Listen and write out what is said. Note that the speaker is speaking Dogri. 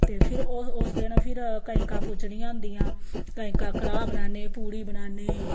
ते फिर ओह् उस दिन फिर कंजकां पूजनियां होंदियां कंजकां कड़ाह् बनान्नें पूड़ी बनान्नें